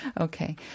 Okay